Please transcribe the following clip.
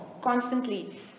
constantly